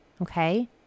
Okay